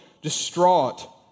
distraught